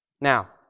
Now